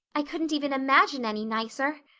i couldn't even imagine any nicer.